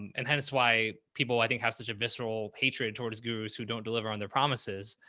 and hence why people, i think have such a visceral hatred towards gurus who don't deliver on their promises.